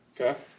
Okay